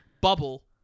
bubble